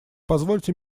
позвольте